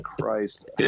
Christ